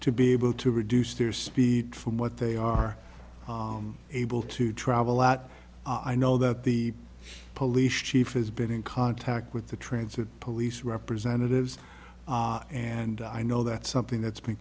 to be able to reduce their speed from what they are able to travel a lot i know that the police chief has been in contact with the transit police representatives and i know that's something that's been